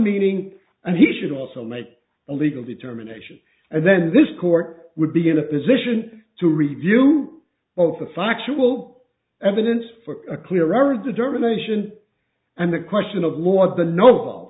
meaning and he should also make a legal determination and then this court would be in a position to review of the factual evidence for a clearer determination and the question of war the know